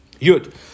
Yud